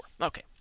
Okay